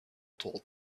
told